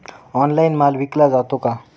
Online माल विकला जातो का?